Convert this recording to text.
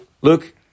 Luke